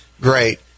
great